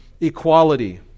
equality